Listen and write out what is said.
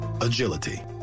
Agility